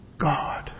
God